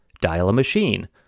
Dial-A-Machine